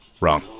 Wrong